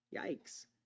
Yikes